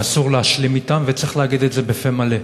ואסור להשלים אתם, וצריך להגיד את זה בפה מלא.